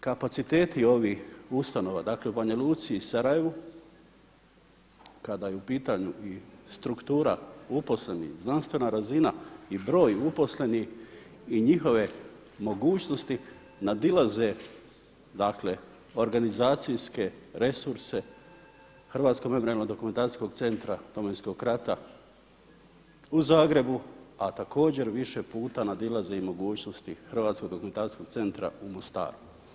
Kapaciteti ovih ustanova dakle u Banja Luci i Sarajevu kada je u pitanju struktura uposlenih, znanstvena razina i broj uposlenih i njihove mogućnosti nadilaze organizacijske resurse je Hrvatskog memorijalno-dokumentacijskog centara Domovinskog rata u Zagrebu, a također više puta nadilaze i mogućnosti Hrvatsko dokumentacijskog centra u Mostaru.